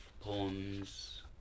poems